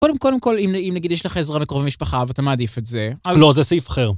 קודם כל, אם נגיד, יש לך עזרה מקרוב במשפחה ואתה מעדיף את זה, לא, זה סעיף אחר.